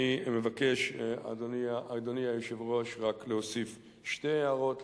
אני, אדוני היושב-ראש, מבקש להוסיף רק שתי הערות.